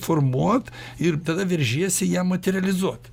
formuot ir tada veržiesi ją materializuot